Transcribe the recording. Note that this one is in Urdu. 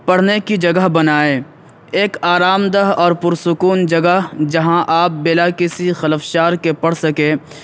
پڑھنے کی جگہ بنائیں ایک آرام دہ اور پرسکون جگہ جہاں آپ بلا کسی خلفشار کے پڑھ سکیں